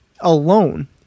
alone